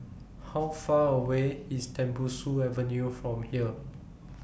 How Far away IS Tembusu Avenue from here